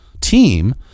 team